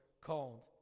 called